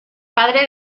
padre